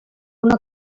una